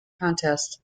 contest